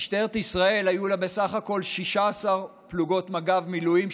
למשטרת ישראל היו בסך הכול 16 פלוגות מג"ב מילואים,